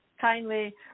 kindly